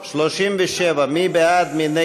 מי בעד?